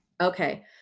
Okay